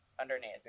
underneath